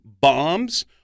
bombs